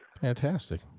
Fantastic